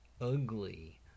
ugly